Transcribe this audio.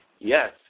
Yes